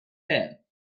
perd